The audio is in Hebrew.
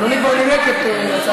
אדוני כבר נימק את הצעתו.